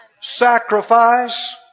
Sacrifice